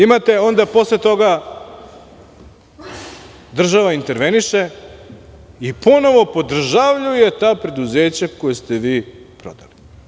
Imate posle toga, država interveniše i ponovo podržavljuje ta preduzeća koja ste vi prodali.